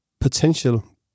potential